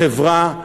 חברה,